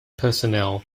personnel